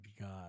god